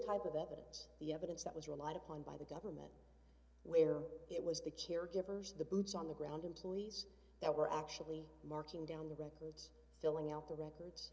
type of evidence the evidence that was relied upon by the where it was the caregivers the boots on the ground employees that were actually marking down the records filling out the records